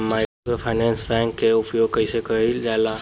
Microfinance bank के उपयोग कइसे कइल जाला?